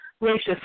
Gracious